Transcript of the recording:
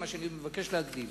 מה שאני מבקש להגיד,